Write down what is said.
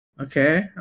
Okay